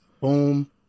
boom